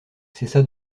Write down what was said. cessa